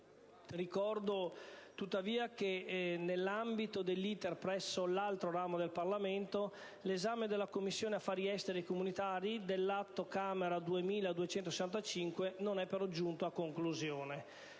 Ricordo tuttavia che, nell'ambito dell'*iter* presso l'altro ramo del Parlamento, l'esame della Commissione affari esteri e comunitari dell'Atto Camera n. 2265 non è giunto a conclusione.